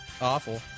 awful